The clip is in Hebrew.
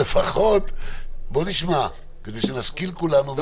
אבל לפחות בוא נשמע, כדי שנשכיל כולנו ונבין.